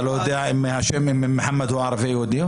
אתה לא יודע מהשם מוחמד אם הוא ערבי או יהודי?